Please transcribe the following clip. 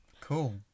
Cool